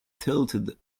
tilted